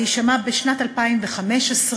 זה יישמע: בשנת 2015,